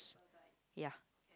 ya